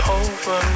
over